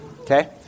Okay